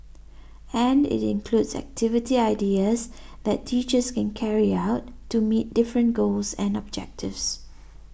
and it includes activity ideas that teachers can carry out to meet different goals and objectives